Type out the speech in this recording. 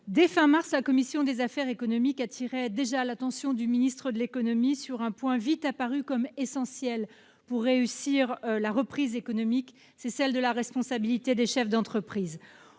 mois de mars, la commission des affaires économiques attirait déjà l'attention du ministre de l'économie sur un point qui est vite apparu comme essentiel pour réussir la reprise économique, à savoir la responsabilité des chefs d'entreprise.